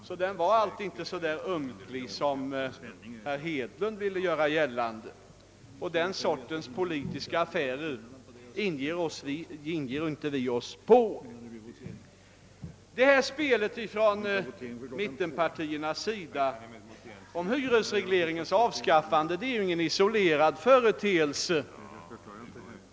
Skillnaden var alltså inte så ömklig, som herr Hedlund ville göra gällande, och den sortens politiska affärer ger vi oss inte in på. Detta spel från mittenpartihåll omkring hyresregleringens avskaffande är ingen isolerad företeelse.